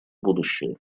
будущее